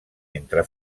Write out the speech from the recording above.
entre